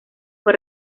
fue